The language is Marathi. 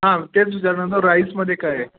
हां तेच विचारणार ना राईसमध्ये काय आहे